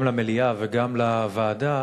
גם למליאה וגם לוועדה,